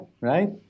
right